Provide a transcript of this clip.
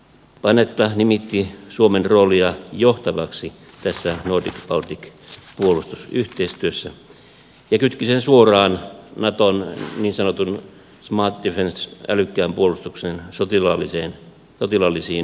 panetta nimitti suomen roolia johtavaksi tässä nordicbaltic puolustusyhteistyössä ja kytki sen suoraan naton niin sanotun smart defencen älykkään puolustuksen sotilaallisiin malleihin